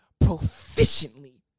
Proficiently